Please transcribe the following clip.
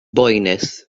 boenus